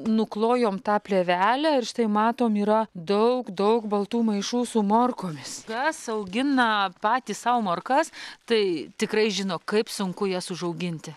nuklojom tą plėvelę ir štai matom yra daug daug baltų maišų su morkomis kas augina patys sau morkas tai tikrai žino kaip sunku jas užauginti